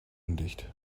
undicht